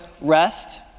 rest